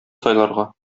сайларга